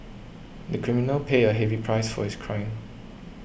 the criminal paid a heavy price for his crime